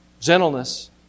gentleness